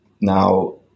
Now